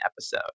episode